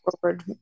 forward